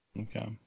Okay